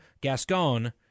Gascon